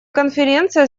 конференция